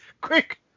Quick